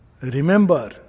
Remember